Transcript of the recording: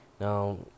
Now